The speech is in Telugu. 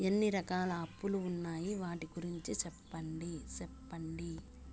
ఎన్ని రకాల అప్పులు ఉన్నాయి? వాటి గురించి సెప్పండి?